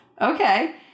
okay